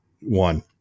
one